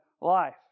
life